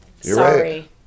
sorry